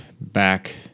back